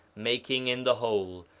making, in the whole,